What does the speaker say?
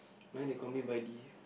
mine they call me Vady